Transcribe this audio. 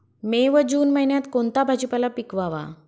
मे व जून महिन्यात कोणता भाजीपाला पिकवावा?